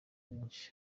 benshi